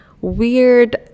weird